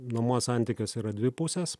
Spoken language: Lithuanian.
nuomos santykiuose yra dvi pusės